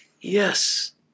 yes